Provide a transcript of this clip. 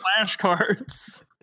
flashcards